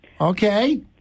Okay